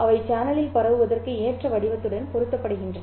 அவை சேனலில் பரவுவதற்கு ஏற்ற வடிவத்துடன் பொருந்தப்படுகின்றன